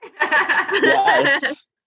Yes